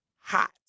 hot